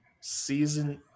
season